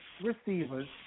receivers